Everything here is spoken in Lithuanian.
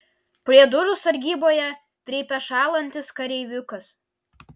prie durų sargyboje trypia šąlantis kareiviukas